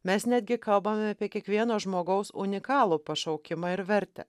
mes netgi kalbame apie kiekvieno žmogaus unikalų pašaukimą ir vertę